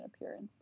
appearance